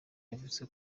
yavuze